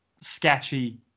sketchy